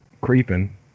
creeping